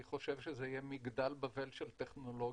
אני חושב שזה יהיה מגדל בבל של טכנולוגיה,